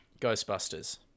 Ghostbusters